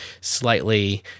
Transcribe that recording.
slightly